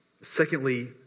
Secondly